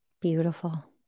Beautiful